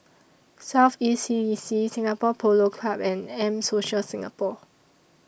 South East E C Singapore Polo Club and M Social Singapore